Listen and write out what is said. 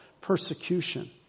persecution